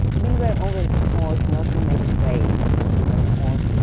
and we were always taught not to make waves. we were taught,